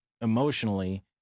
emotionally